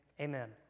Amen